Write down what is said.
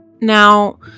Now